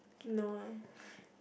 no uh